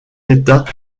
états